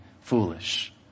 foolish